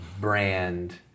brand